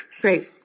Great